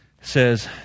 Says